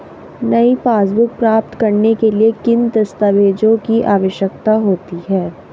नई पासबुक प्राप्त करने के लिए किन दस्तावेज़ों की आवश्यकता होती है?